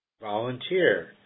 volunteer